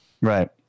right